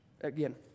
again